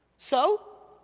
so,